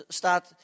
staat